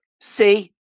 See